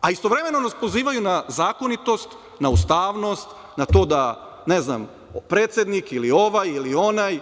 znam. Istovremeno nas pozivaju na zakonitost, na ustavnost, na to da, ne znam, predsednik ili ovaj ili onaj